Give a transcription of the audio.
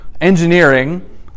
engineering